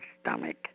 stomach